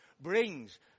brings